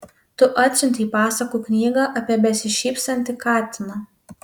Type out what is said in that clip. tu atsiuntei pasakų knygą apie besišypsantį katiną